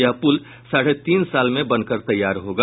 यह पुल साढ़े तीन साल में बनकर तैयार होगा